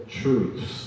truths